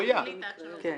כן.